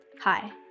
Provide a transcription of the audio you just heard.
Hi